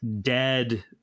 dead